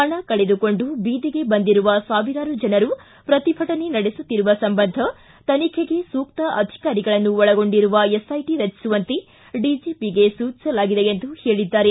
ಹಣ ಕಳೆದುಕೊಂಡು ಬೀದಿಗೆ ಬಂದಿರುವ ಸಾವಿರಾರು ಜನರು ಪ್ರತಿಭಟನೆ ನಡೆಸುತ್ತಿರುವ ಸಂಬಂಧ ತನಿಖೆಗೆ ಸೂಕ್ತ ಅಧಿಕಾರಿಗಳನ್ನು ಒಳಗೊಂಡಿರುವ ಎಸ್ಐಟ ರಚಿಸುವಂತೆ ಡಿಜಿಪಿಗೆ ಸೂಚಿಸಲಾಗಿದೆ ಎಂದು ಹೇಳದ್ದಾರೆ